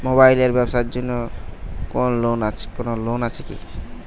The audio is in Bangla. মোবাইল এর ব্যাবসার জন্য কোন লোন আছে কি?